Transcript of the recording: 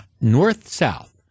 north-south